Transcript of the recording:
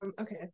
okay